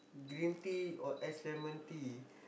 green tea or ice lemon tea